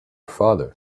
father